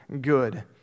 good